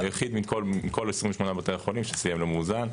היחיד מכל 28 בתי החולים שסיים לא מאוזן.